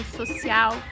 social